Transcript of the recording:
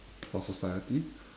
for society